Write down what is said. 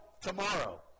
tomorrow